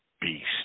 beast